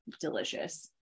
delicious